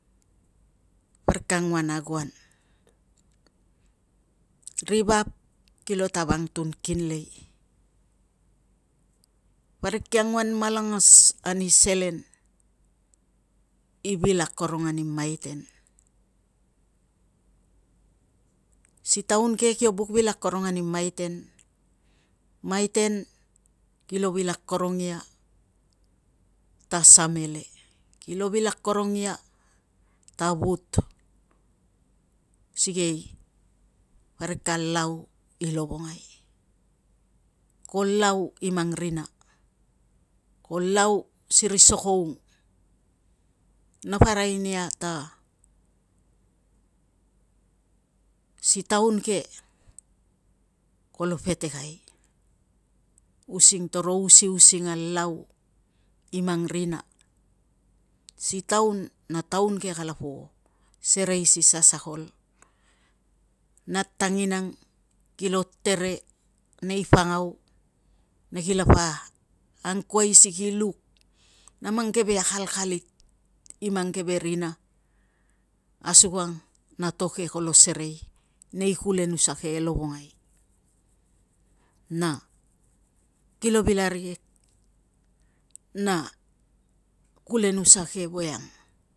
Parik ka anguan ago an, ri vap kilo tav angtunkinlei, parik kia anguan malangas ani selen i vil akorong ani maiten. Si taun ke kio buk vil akorong ani maiten kilo vil akorong ia ta samele, kilo vil akorong ia ta vut, sikei parik ka lau i lovongai. Ko lau i mang rina, ko lau siri sokoung, napa arai nia ta si taun ke kolo petekai using toro usiusing a lau i mang rina. Si taun na taun ke kalapo serei si sasakol nat tanginang kilo tere nei pangau na kilapa angkuai si ki luk na mang keve akalkalit i mang keve rina, asukang na to ke kolo serei nei kulenusa ke e lovongai. Na kilo vil arikek na kulenusa ke voiang